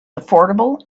affordable